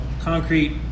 concrete